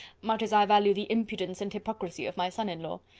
much as i value the impudence and hypocrisy of my son-in-law.